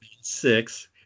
six